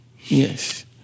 Yes